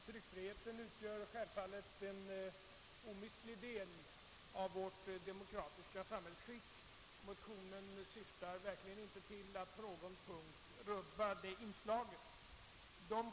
Herr talman! Tryckfriheten utgör självfallet en omistlig del av det demokratiska samhällsskicket, och vår motion syftar inte till att på någon punkt rubba detta förhållande.